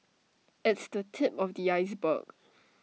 it's the tip of the iceberg